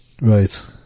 Right